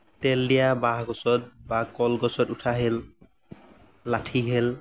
তেল দিয়া বাঁহ গছত বা কলগছত উঠা খেল লাঠি খেল